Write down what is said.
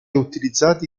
utilizzati